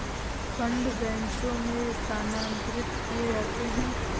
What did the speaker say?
fund बैचों में स्थानांतरित किए जाते हैं